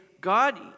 God